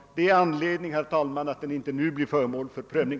Detta är anledningen till att den inte nu blir föremål för prövning.